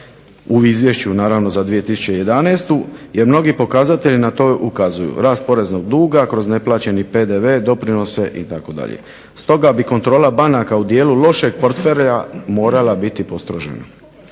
u Izvješću za 2011. godinu jer mnogi pokazatelji na to ukazuju, rast poreznog duga kroz neplaćeni PDV, doprinosa itd. Stoga bi kontrola banaka u dijelu lošeg portfelja morala biti postrožena.